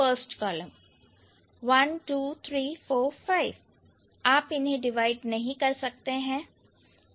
first column one two three four five आप इन्हें divide नहीं कर सकते हैं